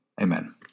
Amen